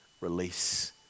Release